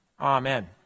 Amen